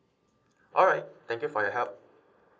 alright thank you for your help